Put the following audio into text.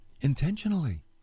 intentionally